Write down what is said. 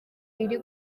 iri